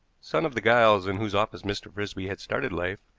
son of the giles in whose office mr. frisby had started life,